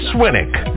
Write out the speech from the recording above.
Swinnick